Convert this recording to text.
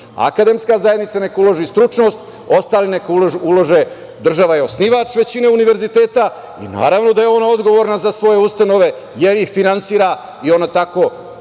Akademska zajednica neka uloži stručnost. Država je osnivač većine univerziteta i naravno da je ona odgovorna za svoje ustanove, jer ih finansira i ona tako